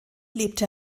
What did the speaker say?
lebte